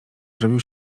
zrobił